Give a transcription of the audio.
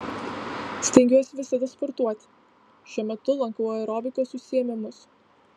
stengiuosi visada sportuoti šiuo metu lankau aerobikos užsiėmimus